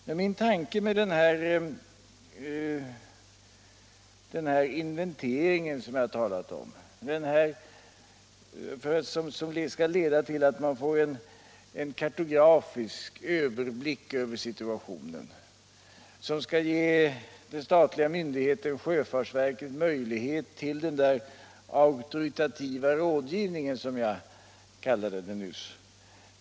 Men jag talade nyss om en inventering som skall leda till att man får en kartografisk överblick över situationen och därmed ger den statliga myndigheten sjöfartsverket möjlighet till auktoritativ rådgivning.